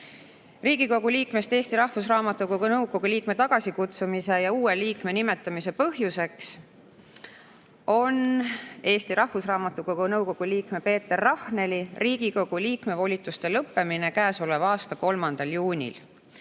Riigikogu liikmest Eesti Rahvusraamatukogu nõukogu liikme tagasikutsumise ja uue liikme nimetamise põhjuseks on Eesti Rahvusraamatukogu nõukogu liikme Peeter Rahneli Riigikogu liikme volituste lõppemine käesoleva aasta 3. juunil. Nüüd